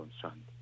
concerned